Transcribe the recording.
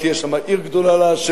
תהיה שם עיר גדולה לה'.